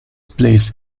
place